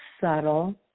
subtle